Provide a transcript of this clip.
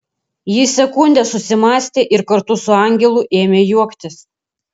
ji sekundę susimąstė ir kartu su angelu ėmė juoktis